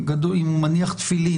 אם הוא מניח תפילין,